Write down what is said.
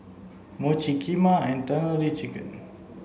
Mochi Kheema and Tandoori Chicken